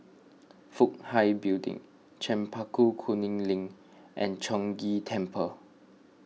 Fook Hai Building Chempaka Kuning Link and Chong Ghee Temple